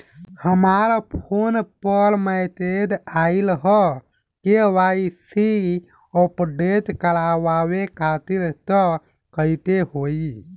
हमरा फोन पर मैसेज आइलह के.वाइ.सी अपडेट करवावे खातिर त कइसे होई?